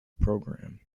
program